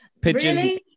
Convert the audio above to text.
Pigeon